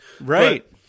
right